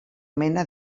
mena